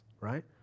Right